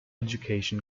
education